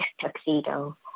tuxedo